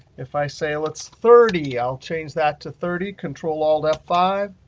if i say let's thirty. i'll change that to thirty, control alt f five.